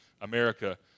America